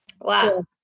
wow